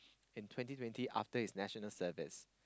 in twenty twenty after his National-Service